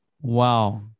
Wow